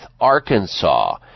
Arkansas